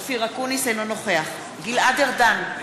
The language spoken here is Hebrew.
אינו נוכח גלעד ארדן,